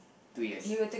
two years